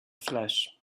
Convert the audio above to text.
flesh